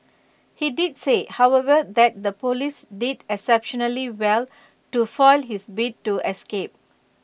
he did say however that the Police did exceptionally well to foil his bid to escape